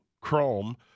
Chrome